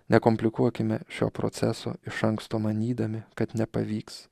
nekomplikuokime šio proceso iš anksto manydami kad nepavyks